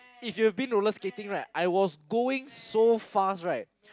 if you've been roller skating right I was going so fast right